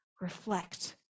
reflect